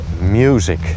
music